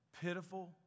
pitiful